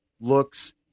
looks